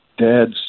dad's